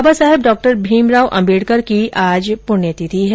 बाबा साहेब डॉ भीमराव अम्बेडकर की आज पुण्यतिथि है